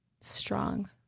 strong